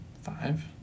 Five